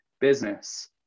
business